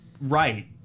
right